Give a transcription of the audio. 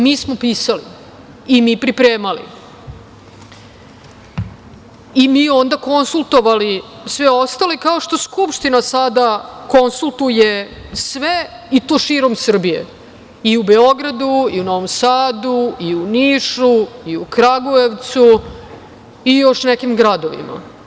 Mi smo pisali i mi pripremali i mi onda konsultovali sve ostale, kao što Skupština sada konsultuje sve i to širom Srbije i u Beogradu, i u Novom Sadu, i Nišu, i u Kragujevcu i još nekim gradovima.